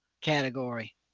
category